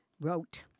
wrote